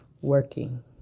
working